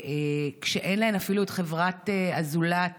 כשאין להן אפילו את חברת הזולת